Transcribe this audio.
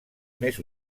més